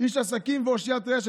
איש עסקים ואושיית רשת.